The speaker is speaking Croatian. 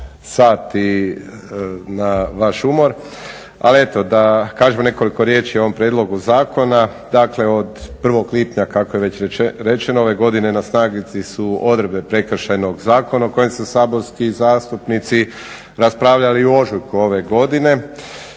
sat i na vaš umor. Ali eto da kažem nekoliko riječi o ovom prijedlogu zakona. Dakle, od 1. lipnja kako je već rečeno ove godine na snazi su odredbe Prekršajnog zakona o kojem su saborski zastupnici raspravljali u ožujku ove godine